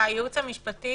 משפט?